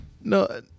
No